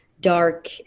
dark